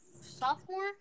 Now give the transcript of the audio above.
sophomore